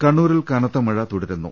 കണ്ണൂരിൽ കനത്തമഴ തുടരുന്നു